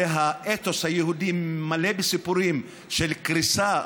הרי האתוס היהודי מלא בסיפורים של קריסה,